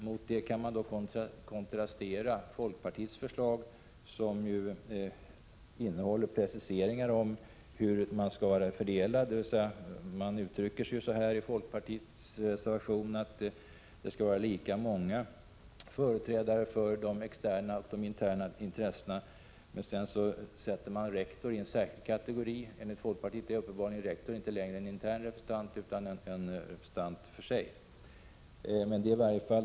Mot det kontrasterar folkpartiets förslag, som innehåller preciseringar om hur man skall fördela styrelseplatserna. Folkpartiet uttrycker detta i sin reservation på det sättet att det skall vara lika många företrädare för de externa och de interna intressena. Sedan sätter man rektor i en särskild kategori. Enligt folkpartiets uppfattning är tydligen rektor inte längre en intern representant utan en representant för sig.